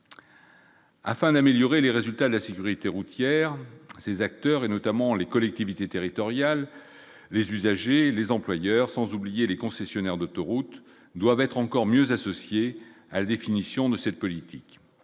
Afin d'améliorer les résultats de la sécurité routière, ces acteurs et notamment les collectivités territoriales, les usagers, les employeurs, sans oublier les concessionnaires d'autoroutes doivent être encore mieux associés à la définition de cette politique